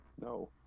No